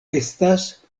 estas